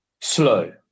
slow